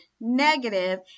negative